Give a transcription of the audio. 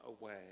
away